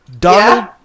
Donald